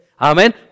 Amen